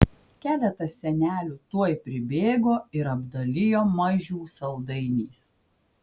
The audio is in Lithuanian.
keletas senelių tuoj pribėgo ir apdalijo mažių saldainiais